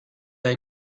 hay